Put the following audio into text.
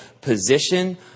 position